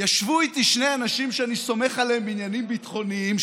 ישבו איתי שני אנשים שאני סומך עליהם בעניינים ביטחוניים,